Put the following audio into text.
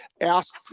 Ask